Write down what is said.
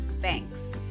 Thanks